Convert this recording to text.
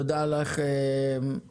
תודה לך אסנת.